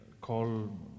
call